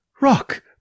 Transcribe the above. rock